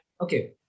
okay